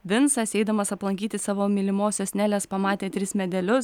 vincas eidamas aplankyti savo mylimosios nelės pamatė tris medelius